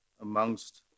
amongst